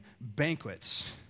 banquets